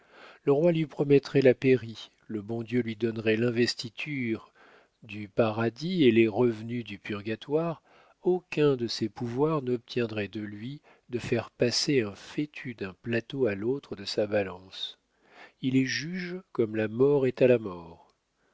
le roi lui promettrait la pairie le bon dieu lui donnerait l'investiture du paradis et les revenus du purgatoire aucun de ces pouvoirs n'obtiendrait de lui de faire passer un fétu d'un plateau à l'autre de sa balance il est juge comme la mort est la mort